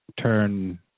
turn